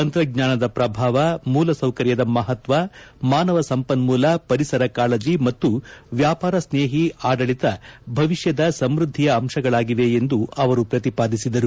ತಂತ್ರಜ್ಞಾನದ ಪ್ರಭಾವ ಮೂಲಸೌಕರ್ಯದ ಮಹತ್ವ ಮಾನವ ಸಂಪನ್ಮೂಲ ಪರಿಸರ ಕಾಳಜಿ ಮತ್ತು ವ್ಯಾಪಾರ ಸ್ನೇಹಿ ಆಡಳಿತ ಭವಿಷ್ಯದ ಸಮ್ಮದ್ದಿಯ ಅಂಶಗಳಾಗಿವೆ ಎಂದು ಅವರು ಪ್ರತಿಪಾದಿಸಿದರು